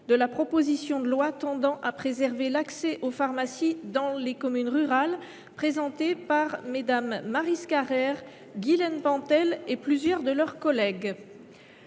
de la proposition de loi tendant à préserver l’accès aux pharmacies dans les communes rurales, présentée par Mmes Maryse Carrère, Guylène Pantel et plusieurs de leurs collègues